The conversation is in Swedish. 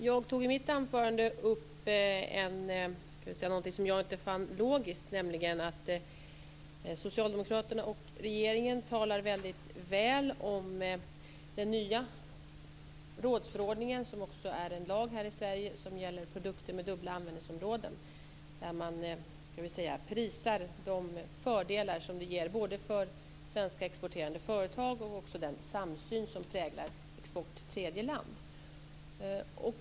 Jag tog i mitt anförande upp något som jag inte fann logiskt, nämligen att socialdemokraterna och regeringen talar väldigt väl om den nya rådsförordningen som också är en lag här i Sverige och som gäller produkter med dubbla användningsområden där man prisar de fördelar som det ger både för svenska exporterande företag och för den samsyn som präglar export till tredje land.